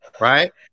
right